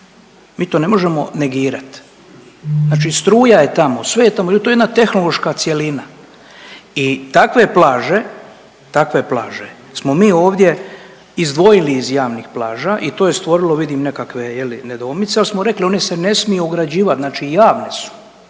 mi to ne možemo negirat. Znači struja je tamo, sve je tamo to je jedna tehnološka cjelina i takve plaže, takve plaže smo mi ovdje izdvojili iz javnih plaža i to je stvorilo vidim nekakve je li nedoumice, ali smo rekli one se ne smiju ograđivat, znači javne su,